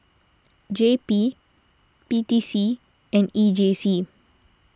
J P P T C and E J C